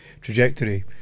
trajectory